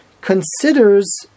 considers